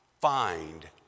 find